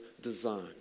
design